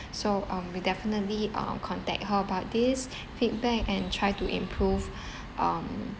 so um we'll definitely uh contact her about this feedback and try to improve um